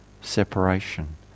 separation